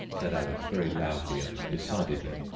said alice, very loudly and decidedly,